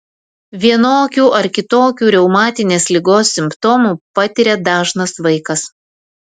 vienokių ar kitokių reumatinės ligos simptomų patiria dažnas vaikas